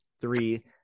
three